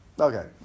Okay